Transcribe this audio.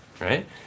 right